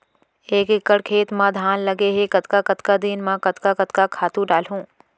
एक एकड़ खेत म धान लगे हे कतका कतका दिन म कतका कतका खातू डालहुँ?